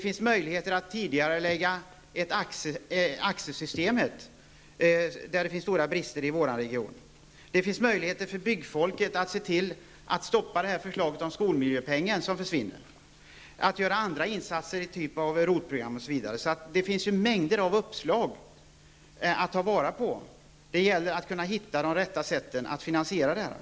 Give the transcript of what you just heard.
Man kan tidigarelägga AXE-systemet, där det råder stora brister i vår region. Byggfolket kan stoppa förslaget om att skolmiljöpengen skall försvinna. Man kan göra andra insatser av typ ROT-programmet. Det finns mängder av uppslag att ta vara på. Det gäller bara att hitta det rätta sättet att finansiera dem.